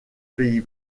pays